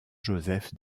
joseph